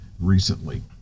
recently